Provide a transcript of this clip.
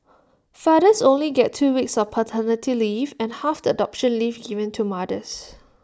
fathers only get two weeks of paternity leave and half the adoption leave given to mothers